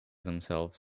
themselves